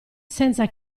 senza